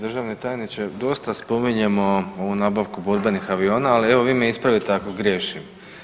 Državni tajniče, dosta spominjemo ovu nabavku borbenih aviona, ali evo vi me ispravite ako griješim.